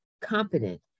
competent